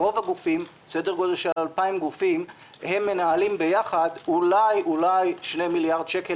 סדר גודל של 2,000 גופים שמנהלים ביחד אולי-אולי 2 מיליארד שקל,